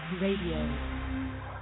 Radio